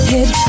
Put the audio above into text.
Hit